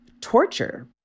torture